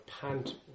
pant